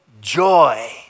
joy